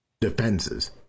defenses